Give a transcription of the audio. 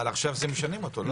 אבל עכשיו משנים אותו, לא?